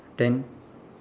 ten